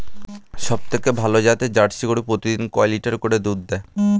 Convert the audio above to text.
সবথেকে ভালো জাতের জার্সি গরু প্রতিদিন কয় লিটার করে দুধ দেয়?